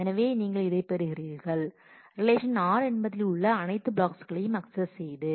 எனவே நீங்கள் இதைப் பெறுகிறீர்கள் ரிலேஷன் r என்பதில் உள்ள அனைத்து ப்ளாக்ஸ்களையும் அக்சஸ் செய்து